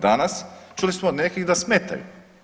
Danas čuli smo od nekih da smetaju.